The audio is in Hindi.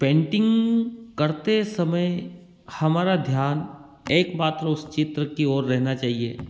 पेंटिंग करते समय हमारा ध्यान एकमात्र उस चित्र की ओर रहना चाहिए